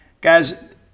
Guys